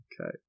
okay